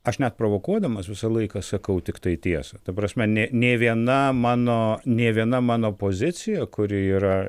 aš net provokuodamas visą laiką sakau tiktai tiesą ta prasme ne nė viena mano nė viena mano pozicija kuri yra